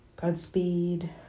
Godspeed